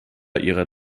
ihrer